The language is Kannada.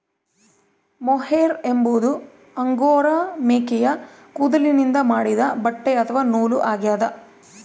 ಮೊಹೇರ್ ಎಂಬುದು ಅಂಗೋರಾ ಮೇಕೆಯ ಕೂದಲಿನಿಂದ ಮಾಡಿದ ಬಟ್ಟೆ ಅಥವಾ ನೂಲು ಆಗ್ಯದ